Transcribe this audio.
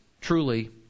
truly